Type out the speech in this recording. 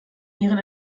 ihren